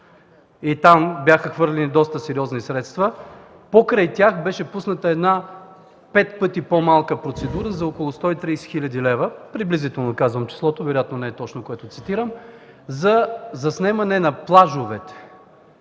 Там бяха хвърлени доста сериозни средства. Покрай тях беше пусната една пет пъти по-малка процедура за около 130 хил. лв. – приблизително казвам числото, вероятно не е точно това, което цитирам, за заснемане на плажовете